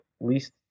least